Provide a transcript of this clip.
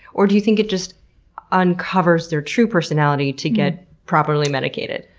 or do you think it just uncovers their true personality to get properly medicated?